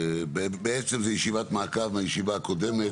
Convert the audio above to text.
בעצם זו ישיבת מעקב מהישיבה הקודמת,